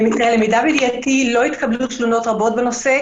למיטב ידיעתי לא התקבלו תלונות רבות בנושא.